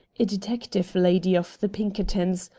a detective lady of the pinkertons,